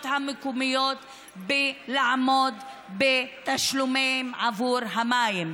המקומיות לעמוד בתשלומים עבור המים.